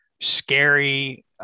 scary